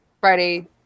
Friday